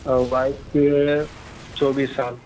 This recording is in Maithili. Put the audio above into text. आ वाइफ के चौबीस साल